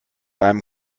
einem